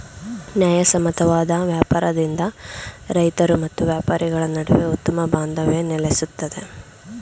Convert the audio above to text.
ನ್ಯಾಯಸಮ್ಮತವಾದ ವ್ಯಾಪಾರದಿಂದ ರೈತರು ಮತ್ತು ವ್ಯಾಪಾರಿಗಳ ನಡುವೆ ಉತ್ತಮ ಬಾಂಧವ್ಯ ನೆಲೆಸುತ್ತದೆ